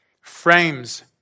frames